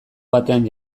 batean